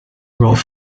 wrote